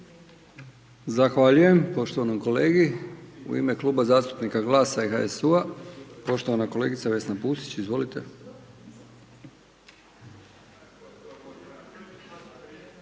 Zahvaljujem poštovanom kolegi. U ime Kluba zastupnika GLAS-a i HSU-a, poštovana kolegica Vesna Pusić, izvolite.